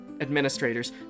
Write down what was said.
administrators